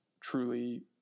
truly